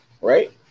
right